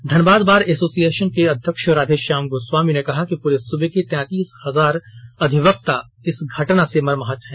Dhanbad bar association के अध्यक्ष राधेश्याम गोस्वामी ने कहा कि पूरे सूबे के तैंतीस हजार अधिवक्ता इस घटना से मर्माहत हैं